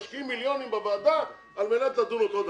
משקיעים מיליונים בוועדה על מנת לדון אותו דבר.